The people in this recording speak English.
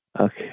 okay